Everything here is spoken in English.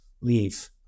leave